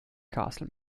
castle